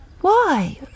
Why